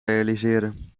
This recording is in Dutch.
realiseren